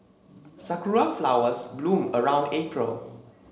Shakur flowers bloom around April